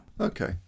Okay